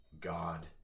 God